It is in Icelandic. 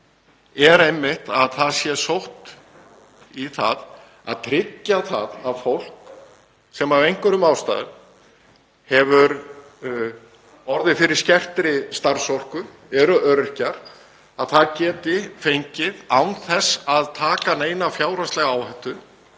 er einmitt að það sé sótt í það að tryggja að fólk sem af einhverjum ástæðum hefur orðið fyrir skertri starfsorku, er öryrkjar, geti fengið, án þess að taka neina fjárhagslega áhættu,